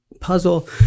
puzzle